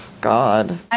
God